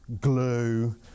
glue